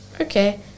Okay